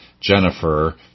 Jennifer